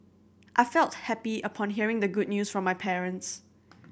I felt happy upon hearing the good news from my parents